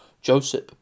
Joseph